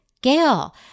Gail